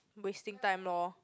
wasting time lor